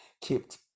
kept